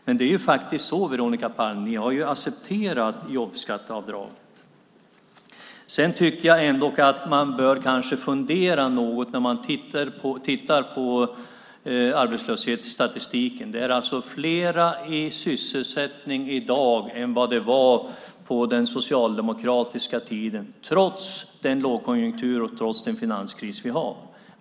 Men det är faktiskt så, Veronica Palm, att ni har accepterat jobbskatteavdraget. Jag tycker att man kanske bör fundera något när man tittar på arbetslöshetsstatistiken. Det är fler i sysselsättning i dag än det var på den socialdemokratiska tiden, trots den lågkonjunktur och trots den finanskris som vi har.